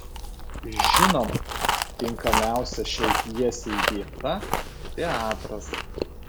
žinoma tinkamiausia šiai pjesei vieta teatras